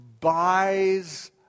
buys